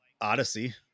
Odyssey